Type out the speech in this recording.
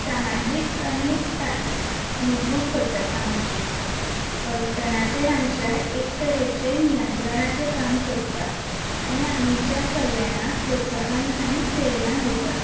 सामाजीक आनी मजबूत करता सामाजिकता वर्तनाच्या आमच्या एक तरेचें नियंत्रणाचें काम करता आनी आमच्या कल्याणाक प्रोत्साहन आनी प्रेरणा दिता